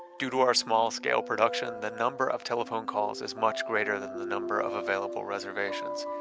due to our small scale production, the number of telephone calls is much greater than the number of available reservations.